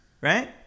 right